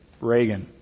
Reagan